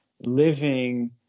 living